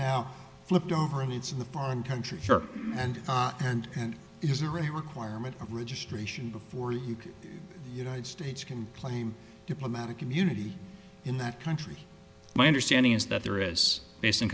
now flipped over and it's in the foreign country and and and it is a requirement of registration before you can united states can claim diplomatic immunity in that country my understanding is that there is based in